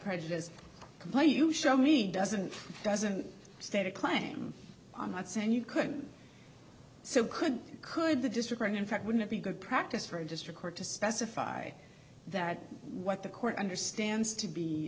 prejudice complaint you show me doesn't doesn't state a claim i'm not saying you couldn't so could could the district in fact wouldn't be good practice for a district court to specify that what the court understands to be